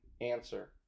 answer